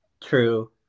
True